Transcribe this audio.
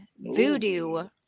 Voodoo